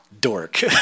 dork